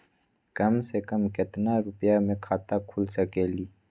कम से कम केतना रुपया में खाता खुल सकेली?